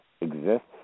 exists